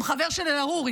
הוא גם חבר של אל-ערורי,